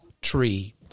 tree